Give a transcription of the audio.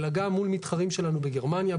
אלא גם מול מתחרים שלנו בגרמניה,